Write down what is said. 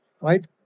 right